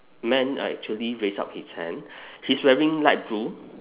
man uh actually raise out his hand he's wearing light blue